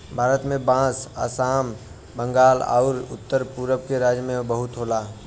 भारत में बांस आसाम, बंगाल आउर उत्तर पुरब के राज्य में बहुते होला